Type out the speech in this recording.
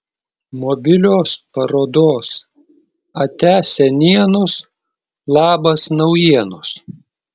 mobilios parodos atia senienos labas naujienos